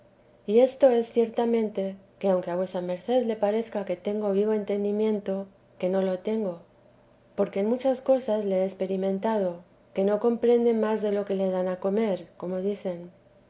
y esto es ciertamente que aunque a vuesa merced le parezca que tengo vivo entendimiento que no lo tengo porque en muchas cosas le he experimentado que no comprende más de lo que le dan a comer como dicen